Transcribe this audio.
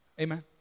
Amen